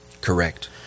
Correct